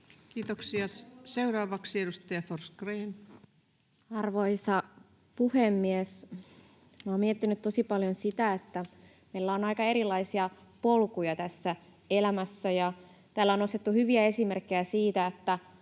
Kiitoksia. — Seuraavaksi edustaja Forsgrén. Arvoisa puhemies! Minä olen miettinyt tosi paljon sitä, että meillä on aika erilaisia polkuja tässä elämässä, ja täällä on nostettu hyviä esimerkkejä siitä, että